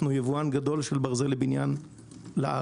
אנחנו יבואן גדול של ברזל לבניין לארץ.